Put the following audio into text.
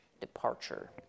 departure